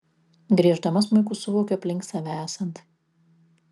grieždama smuiku suvokiu aplink save esant